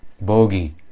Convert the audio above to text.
bogey